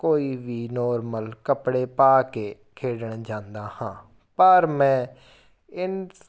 ਕੋਈ ਵੀ ਨੋਰਮਲ ਕੱਪੜੇ ਪਾ ਕੇ ਖੇਡਣ ਜਾਂਦਾ ਹਾਂ ਪਰ ਮੈਂ ਇਸ